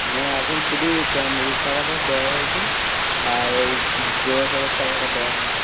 না এখন শুধু প্যাণ্ডেলের টাকাটা দেওয়া হয়েছে আর ওই জেনারেটারের টাকাটা দেওয়া হয়েছে